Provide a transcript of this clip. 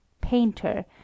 painter